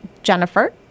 Jennifer